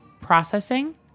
processing